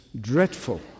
dreadful